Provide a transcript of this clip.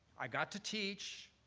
i got to teach,